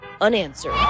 unanswered